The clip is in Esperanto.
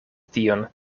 tion